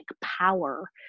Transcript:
power